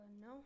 no